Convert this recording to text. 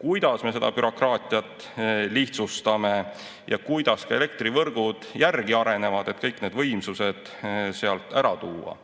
kuidas me bürokraatiat lihtsustame ja kuidas ka elektrivõrgud järgi arenevad, et kõik need võimsused sealt ära tuua.